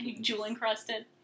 jewel-encrusted